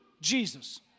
Jesus